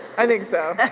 i think so. or